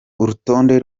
urutonde